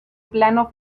plano